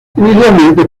inicialmente